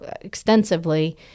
extensively